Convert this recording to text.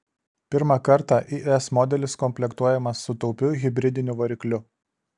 pirmą kartą is modelis komplektuojamas su taupiu hibridiniu varikliu